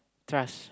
trust